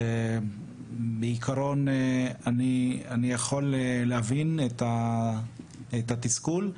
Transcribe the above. בעקרון אני יכול להבין את התסכול.